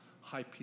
high